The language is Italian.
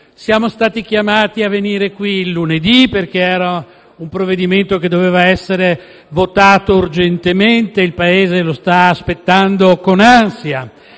Siamo stati chiamati a venire qui di lunedì perché quello in esame era un provvedimento che doveva essere votato urgentemente, perché il Paese lo sta aspettando con ansia.